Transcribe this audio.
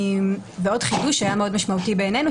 ועוד חידוש שהיה מאוד משמעותי בעינינו,